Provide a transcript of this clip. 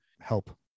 help